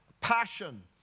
passion